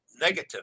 negative